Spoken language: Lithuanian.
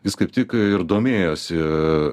jis kaip tik ir domėjosi